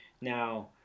Now